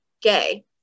gay